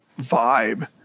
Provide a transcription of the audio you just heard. vibe